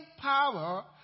power